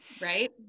Right